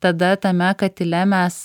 tada tame katile mes